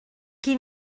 qui